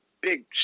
big